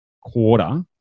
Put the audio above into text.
quarter